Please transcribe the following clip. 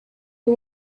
who